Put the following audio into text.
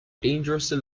dangerously